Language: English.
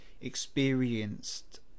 experienced